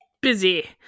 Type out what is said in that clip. busy